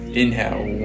inhale